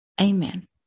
Amen